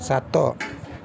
ସାତ